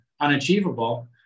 unachievable